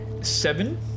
seven